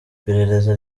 iperereza